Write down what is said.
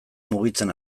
mugitzen